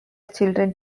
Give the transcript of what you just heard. children